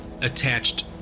attached